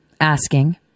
Asking